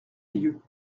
lieux